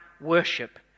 worship